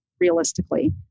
realistically